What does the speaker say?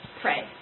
pray